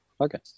Okay